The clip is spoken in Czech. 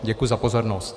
Děkuji za pozornost.